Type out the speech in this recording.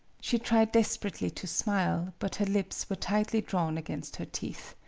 she tried desperately to smile, but her lips were tightly drawn against her teeth.